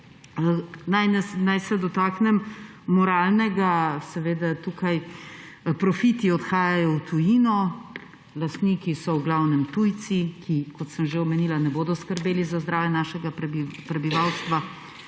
Naj se dotaknem moralnega. Seveda, tukaj profiti odhajajo v tujino, lastniki so v glavnem tujci, ki kot sem že omenila, ne bodo skrbeli za zdravje našega prebivalstva.